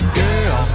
girl